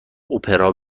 اپرا